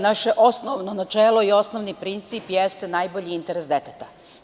Naše osnovno načelo i naš osnovni princip jeste najbolji interes deteta.